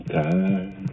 time